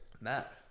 Matt